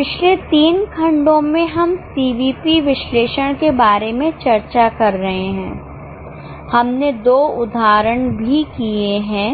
पिछले 3 खंडों में हम सीवीपी विश्लेषण के बारे में चर्चा कर रहे हैं हमने 2 उदाहरण भी किए हैं